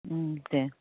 उम दे